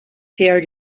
pierre